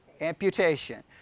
Amputation